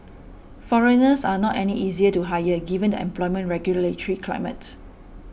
foreigners are not any easier to hire given the employment regulatory climate